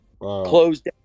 closed